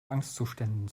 angstzuständen